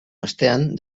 ostean